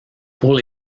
pour